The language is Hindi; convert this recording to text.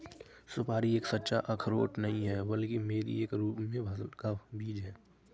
सुपारी एक सच्चा अखरोट नहीं है, बल्कि बेरी के रूप में फल का बीज है